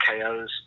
KOs